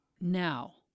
Now